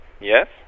Yes